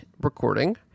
recording